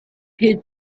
his